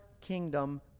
kingdom